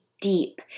Deep